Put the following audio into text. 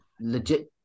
legit